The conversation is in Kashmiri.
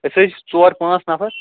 أسۍ حظ چھِ ژور پانٛژھ نَفر